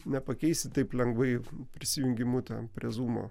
nepakeisi taip lengvai prisijungimu ten prie zūmo